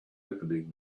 opening